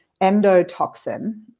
endotoxin